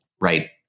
right